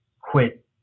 quit